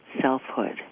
selfhood